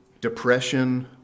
depression